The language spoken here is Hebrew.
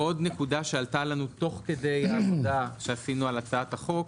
עוד נקודה שעלתה לנו תוך כדי העבודה שעשינו על הצעת החוק,